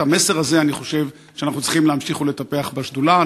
את המסר הזה אני חושב שאנחנו צריכים להמשיך לטפח בשדולה.